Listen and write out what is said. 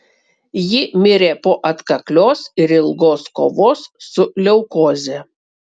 ji mirė po atkaklios ir ilgos kovos su leukoze